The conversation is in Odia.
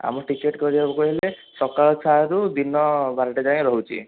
ଆମ ଟିକେଟ୍ କରିବାକୁ ହେଲେ ସକାଳ ଛଅରୁ ଦିନ ବାରଟା ଯାଏଁ ରହୁଛି